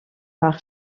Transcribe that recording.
par